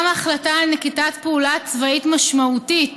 גם החלטה על נקיטת פעולה צבאית משמעותית